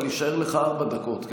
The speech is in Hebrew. אבל יישארו לך ארבע דקות.